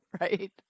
right